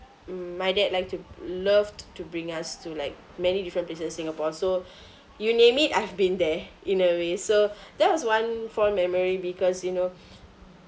mm my dad like to loved to bring us to like many different places in singapore so you name it I've been there in a way so that was one fond memory because you know